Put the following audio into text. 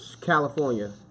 California